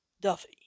Duffy